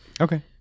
Okay